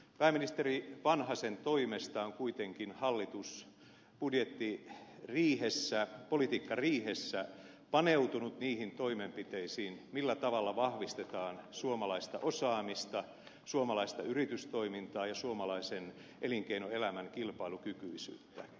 pääministeri vanhasen toimesta on kuitenkin hallitus politiikkariihessä paneutunut niihin toimenpiteisiin millä tavalla vahvistetaan suomalaista osaamista suomalaista yritystoimintaa ja suomalaisen elinkeinoelämän kilpailukykyisyyttä